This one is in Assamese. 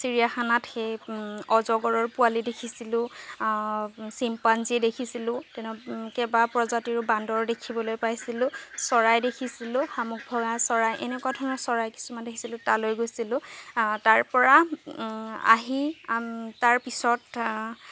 চিৰিয়াখানত সেই অজগৰৰ পোৱালি দেখিছিলো চিম্পাঞ্জী দেখিছিলো তেনে কেইবা প্ৰজাতিৰো বান্দৰ দেখিবলৈ পাইছিলো চৰাই দেখিছিলো শামুক ভঙা চৰাই এনেকুৱা ধৰণৰ চৰাই কিছুমান দেখিছিলো তালৈ গৈছিলো তাৰপৰা আহি তাৰপিছত